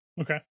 Okay